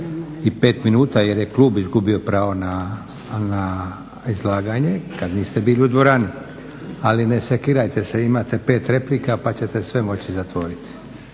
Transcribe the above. i 5 minuta jer je klub izgubio pravo na izlaganje kad niste bili u dvorani. Ali ne sekirajte se, imate 5 replika pa ćete sve moći zatvoriti.